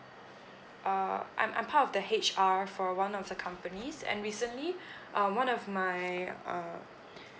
err I'm I'm part of the H_R for one of the companies and recently uh one of my err